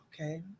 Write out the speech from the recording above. Okay